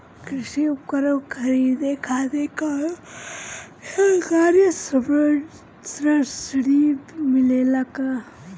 कृषी उपकरण खरीदे खातिर कउनो सरकारी सब्सीडी मिलेला की?